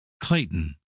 clayton